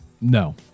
No